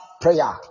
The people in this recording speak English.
prayer